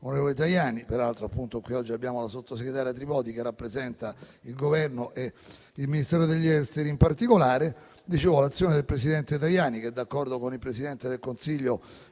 Consiglio, Tajani. Peraltro, qui oggi abbiamo il sottosegretario Tripodi che rappresenta il Governo e il Ministero degli esteri in particolare. L'azione del presidente Tajani, d'accordo con il presidente del Consiglio